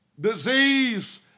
disease